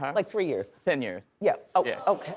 um like three years. ten years. yeah, oh. yeah